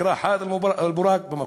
נקרא "חיט אל בוראק" במקור.